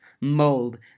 mold